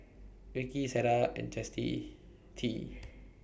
Vicky Sierra and Chasity T